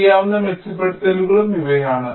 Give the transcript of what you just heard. ചെയ്യാവുന്ന മെച്ചപ്പെടുത്തലുകൾ ഇവയാണ്